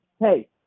hey